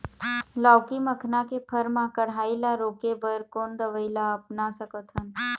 लाउकी मखना के फर मा कढ़ाई ला रोके बर कोन दवई ला अपना सकथन?